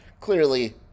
Clearly